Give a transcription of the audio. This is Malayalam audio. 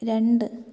രണ്ട്